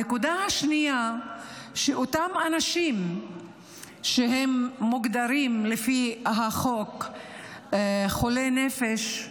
הנקודה השנייה היא שאותם אנשים שמוגדרים לפי החוק חולי נפש,